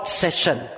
session